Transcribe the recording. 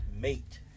mate